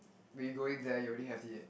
when you going there you only have